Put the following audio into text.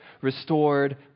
restored